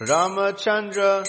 Ramachandra